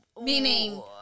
Meaning